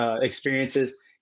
experiences